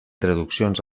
traduccions